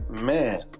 Man